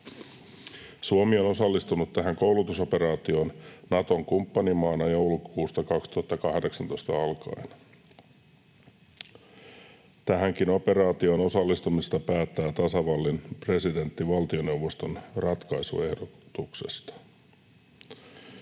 Suomi on osallistunut tähän koulutusoperaatioon Naton kumppanimaana joulukuusta 2018 alkaen. Tähänkin operaatioon osallistumisesta päättää tasavallan presidentti valtioneuvoston ratkaisuehdotuksesta.